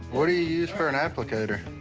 what do you use for an applicator?